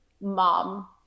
mom